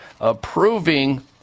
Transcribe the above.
approving